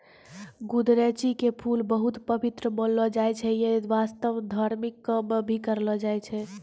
गुदरैंची के फूल बहुत पवित्र मानलो जाय छै यै वास्तं धार्मिक काम मॅ भी करलो जाय छै